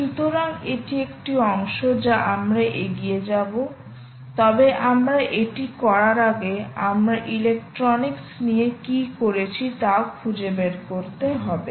সুতরাং এটি একটি অংশ যা আমরাএগিয়ে যাব তবে আমরা এটি করার আগে আমরা ইলেক্ট্রনিক্স নিয়ে কী করেছি তাও খুঁজে বের করতে হবে